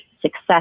success